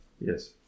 Yes